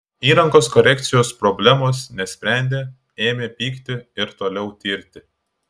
įrangos korekcijos problemos nesprendė ėmė pykti ir toliau tirti